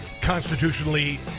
constitutionally